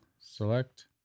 Select